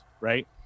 right